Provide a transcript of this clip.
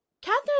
Catherine